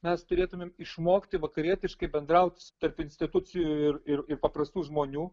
mes turėtumėm išmokti vakarietiškai bendrauti tarp institucijų ir ir paprastų žmonių